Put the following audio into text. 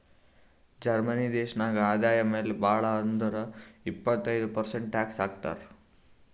Germany ದೇಶನಾಗ್ ಆದಾಯ ಮ್ಯಾಲ ಭಾಳ್ ಅಂದುರ್ ಇಪ್ಪತ್ತೈದ್ ಪರ್ಸೆಂಟ್ ಟ್ಯಾಕ್ಸ್ ಹಾಕ್ತರ್